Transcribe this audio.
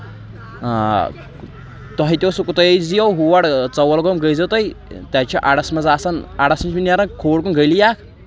آ تۄہہِ تہِ اوسو کوتُے زِیو ہوڑ ژوٚل گوٚو گٔزیو تُہۍ تَتہِ چھُ اَڈس منٛز آسان اَڈس منٛز چھِ نیران کھووُر کُن گٔلی اکھ